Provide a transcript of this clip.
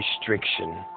restriction